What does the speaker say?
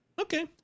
Okay